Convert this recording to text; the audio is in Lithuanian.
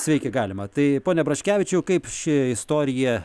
sveiki galima tai pone praškevičiau kaip ši istorija